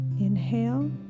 Inhale